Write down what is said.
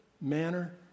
manner